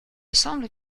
semble